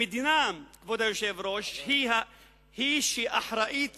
המדינה, כבוד היושב-ראש, היא שאחראית